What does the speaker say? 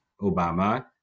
Obama